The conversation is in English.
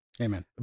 Amen